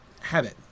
habit